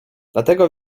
dlatego